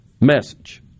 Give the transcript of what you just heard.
message